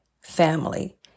family